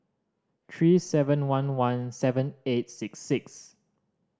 three seven one one seven eight six six